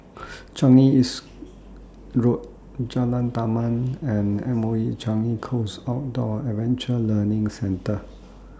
Changi East Road Jalan Taman and M O E Changi Coast Outdoor Adventure Learning Centre